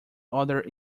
other